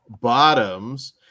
bottoms